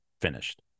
finished